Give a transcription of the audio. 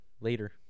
Later